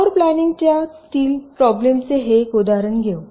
floor planning च्या तील problem चे एक उदाहरण घेऊ